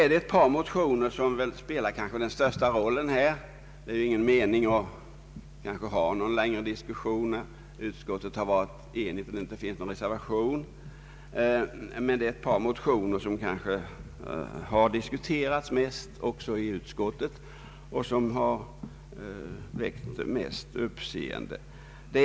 Det är kanske ingen mening med att ha någon längre diskussion, när utskottet varit enigt och det inte finns någon reservation. Men det är ett par motioner som har diskuterats mycket också i utskottet och som här har väckt uppmärksamhet.